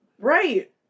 right